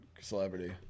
celebrity